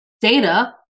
data